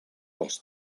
els